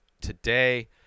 today